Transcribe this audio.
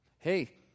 Hey